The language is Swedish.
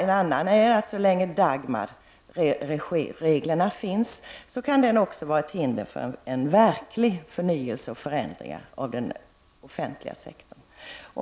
En annan del av detta är att Dagmarreglerna, så länge de finns, också kan vara ett hinder för en verklig förnyelse och förändring av den offentliga sektorn.